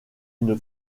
une